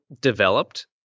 developed